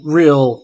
real